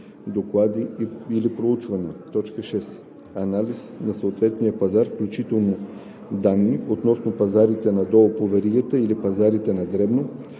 доклади или проучвания; 6. анализ на съответния пазар, включително данни относно пазарите надолу по веригата или пазарите на дребно,